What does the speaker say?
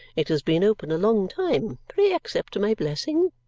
it has been open a long time! pray accept my blessing.